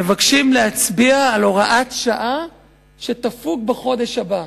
מבקשים להצביע על הוראת שעה שתפוג בחודש הבא.